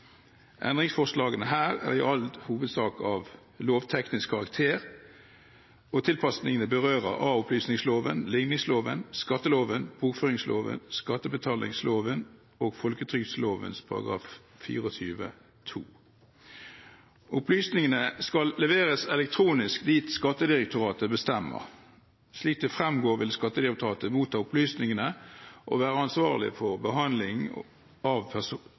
Endringsforslagene her er i all hovedsak av lovteknisk karakter, og tilpasningene berører a-opplysningsloven, ligningsloven, skatteloven, bokføringsloven, skattebetalingsloven og folketrygdloven § 24-2. Opplysningene skal leveres elektronisk dit Skattedirektoratet bestemmer. Slik det fremgår, vil Skattedirektoratet motta opplysningene og være ansvarlig for behandling av